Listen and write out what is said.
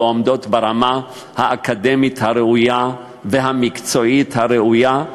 עומדות ברמה האקדמית והמקצועית הראויה,